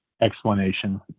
explanation